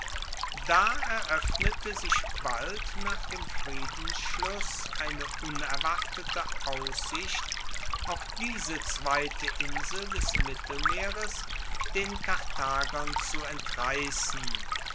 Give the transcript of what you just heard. da eroeffnete sich bald nach dem friedensschluss eine unerwartete aussicht auch diese zweite insel des mittelmeeres den karthagern zu entreissen